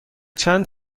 چند